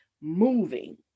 moving